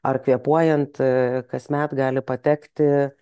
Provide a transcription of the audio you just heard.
ar kvėpuojant kasmet gali patekti